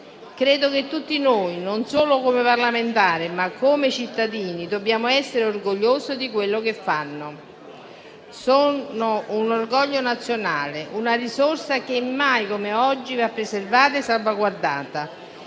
Credo che tutti noi, non solo come parlamentari, ma anche come cittadini, dobbiamo essere orgogliosi di quello che fanno. Sono un orgoglio nazionale, una risorsa che mai come oggi va preservata e salvaguardata.